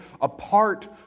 apart